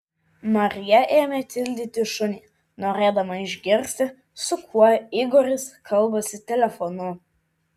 marija ėmė tildyti šunį norėdama išgirsti su kuo igoris kalbasi telefonu